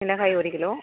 மிளகாய் ஒரு கிலோ